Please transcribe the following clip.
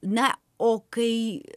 na o kai